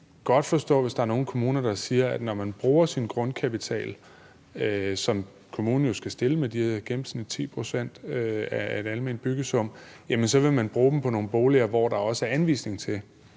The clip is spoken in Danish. godt forstå det, hvis der er nogle kommuner, der siger, at når man bruger sin grundkapital, som kommunen jo skal stille med, på de i gennemsnit 10 pct. af den almene byggesum, jamen så vil man bruge dem på nogle boliger, hvor der også er anvisning til,